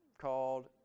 called